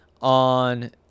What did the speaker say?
on